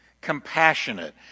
compassionate